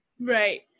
Right